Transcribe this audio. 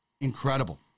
Incredible